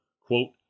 Quote